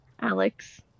Alex